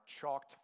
chalked